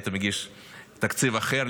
היית מגיש תקציב אחר,